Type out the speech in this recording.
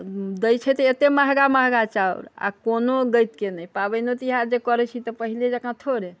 दै छै तऽ एतऽ महगा महगा चाउर आओर कोनो गतिके नहि पाबैनो तिहार जे करै छी तऽ पहिले जकाँ थोड़े